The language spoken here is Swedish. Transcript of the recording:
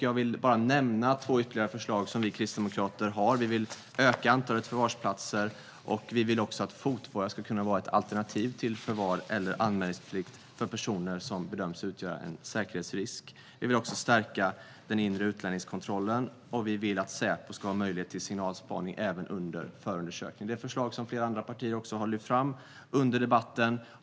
Jag vill bara nämna två ytterligare förslag som vi kristdemokrater har. Vi vill öka antalet förvarsplatser, och vi vill att fotboja ska kunna vara ett alternativ till förvar eller anmälningsplikt för personer som bedöms utgöra en säkerhetsrisk. Vi vill också stärka den inre utlänningskontrollen, och vi vill att Säpo ska ha möjlighet till signalspaning även under förundersökning. Det här är förslag som flera andra partier också har lyft fram under debatten.